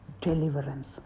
deliverance